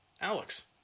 Alex